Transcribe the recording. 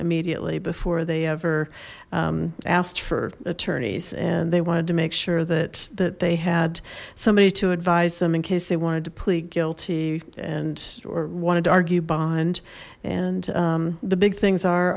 immediately before they ever asked for attorneys and they wanted to make sure that that they had somebody to advise them in case they wanted to plead guilty andor wanted to argue bond and the big things are